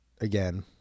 again